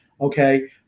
Okay